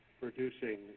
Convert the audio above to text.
producing